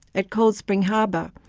at cold spring harbor,